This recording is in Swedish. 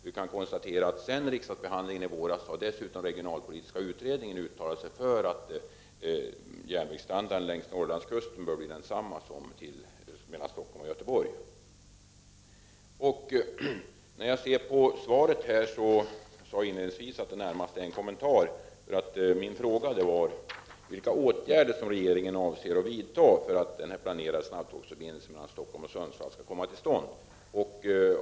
Vi kan konstatera att sedan riksdagsbehandlingen i våras har dessutom regionalpolitiska utredningen uttalat sig för att järnvägsstandarden längs Norrlandskusten bör bli densamma som den mellan Stockholm och Göteborg. Jag sade inledningsvis att kommunikationsministerns svar närmast är en kommentar. Min fråga gällde vilka åtgärder som regeringen avser att vidta för att den planerade snabbtågsförbindelsen mellan Stockholm och Sundsvall skall komma till stånd.